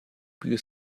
più